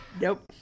Nope